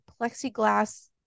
plexiglass